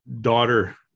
daughter